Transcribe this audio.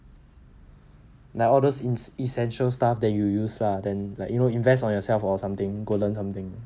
like all those essential staff that you use lah then like you know invest on yourself or something go and learn something